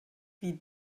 wie